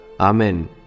Amen